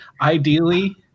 ideally